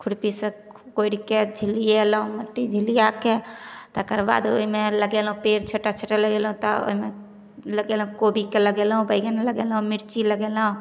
खुरपी से कोड़ि के झिल्लिएलौ मट्टी झिल्लिआके तकर बाद ओहिमे लगेलहुॅं पेड़ छोटा छोटा लगेलहुॅं तऽ ओहिमे लगेलहुॅं कोबीके लगेलहुॅं बैगन लगेलहुॅं मिर्ची लगेलहुॅं